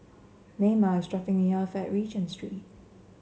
Naima is dropping me off at Regent Street